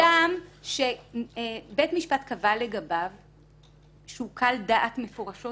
אדם שבית משפט קבע לגביו שהוא קל דעת מפורשות,